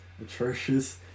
atrocious